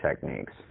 techniques